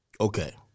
Okay